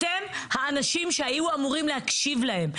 אתם האנשים שהיו אמורים להקשיב להם,